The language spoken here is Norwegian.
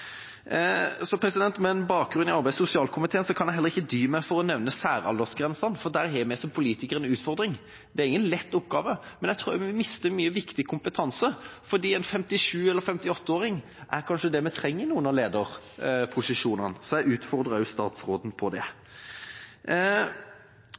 Med bakgrunn i arbeids- og sosialkomiteen kan jeg heller ikke dy meg for å nevne særaldersgrensen, for der har vi som politikere en utfordring. Det er ingen lett oppgave, men jeg tror vi mister mye viktig kompetanse fordi en 57- eller 58-åring kanskje er det vi trenger i noen av lederposisjonene. Så jeg utfordrer også statsråden på det.